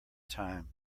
time